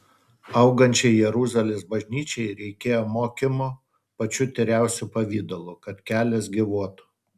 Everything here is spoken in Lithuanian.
augančiai jeruzalės bažnyčiai reikėjo mokymo pačiu tyriausiu pavidalu kad kelias gyvuotų